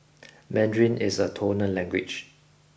Mandarin is a tonal language